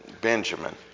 Benjamin